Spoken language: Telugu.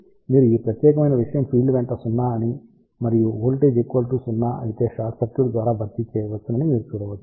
కాబట్టి మీరు ఈ ప్రత్యేకమైన విషయం ఫీల్డ్ వెంట 0 అని మరియు వోల్టేజ్ 0 అయితే షార్ట్ సర్క్యూట్ ద్వారా భర్తీ చేయవచ్చని మీరు చూడవచ్చు